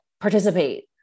participate